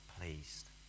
pleased